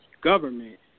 government